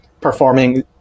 performing